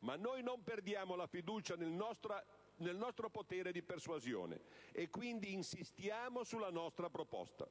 Ma noi non perdiamo la fiducia nel nostro potere di persuasione, e quindi insistiamo sulla nostra proposta.